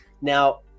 Now